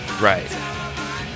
Right